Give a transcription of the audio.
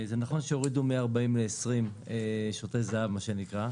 זה נכון שהורידו מ-40 ל-20 שוטרי זה"ב מה שנקרא.